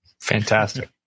Fantastic